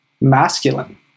masculine